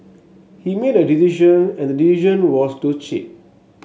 he made a decision and the decision was to cheat